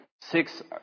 six